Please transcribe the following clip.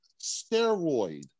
Steroid